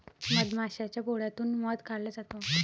मधमाशाच्या पोळ्यातून मध काढला जातो